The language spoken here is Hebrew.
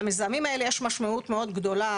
למזהמים האלה יש משמעות מאוד גדולה,